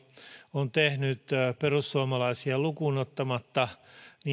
on tehnyt perussuomalaisia lukuun ottamatta